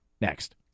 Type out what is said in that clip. next